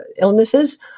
illnesses